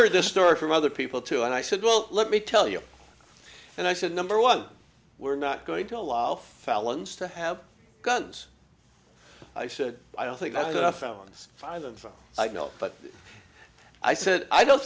heard this story from other people too and i said well let me tell you and i said number one we're not going to allow felons to have guns i said i don't think that felons find them i know but i said i don't